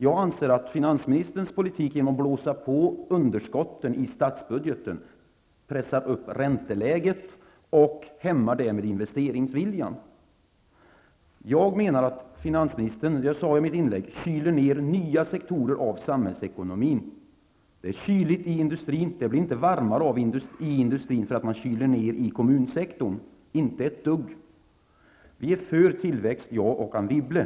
Jag anser att finansministerns politik, genom att blåsa på underskotten i statsbudgeten, pressar upp ränteläget och därmed hämmar investeringsviljan. Jag menar att finansministern, det sade jag i mitt inlägg, kyler ned nya sektorer av samhällsekonomin. Det är kyligt i industrin. Det blir inte varmare i industrin för att man kyler ned kommunsektorn, inte ett dugg. Vi är för tillväxt, jag och Anne Wibble.